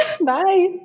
Bye